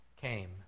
came